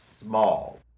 small